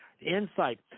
insight